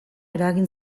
eragin